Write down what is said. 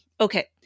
Okay